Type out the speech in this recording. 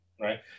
right